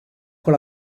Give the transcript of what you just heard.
con